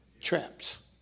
Traps